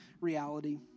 reality